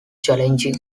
challenging